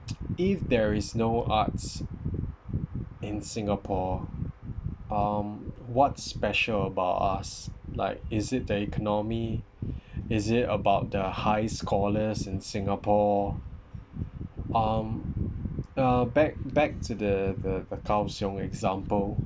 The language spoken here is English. if there is no arts in singapore um what's special about us like is it the economy is it about the high scholars in singapore um uh back back to the the kaohsiung example